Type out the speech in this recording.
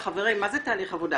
חברים, מה זה תהליך עבודה?